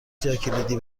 جاکلیدی